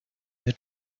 the